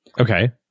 Okay